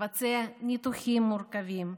לבצע ניתוחים מורכבים,